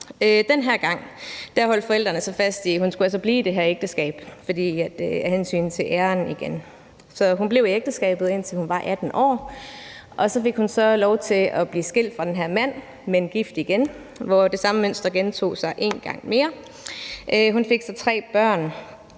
Den her gang holdt forældrene så fast i, at hun altså skulle blive i det her ægteskab, igen af hensyn til æren. Så hun blev i ægteskabet, indtil hun var 18 år, og så fik hun lov til at blive skilt fra den her mand, men gift igen, hvor det samme mønster gentog sig en gang mere. Hun fik så tre børn,